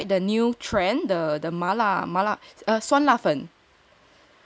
I will say me too have you tried the new trend the mala mala 酸辣酸辣酸辣粉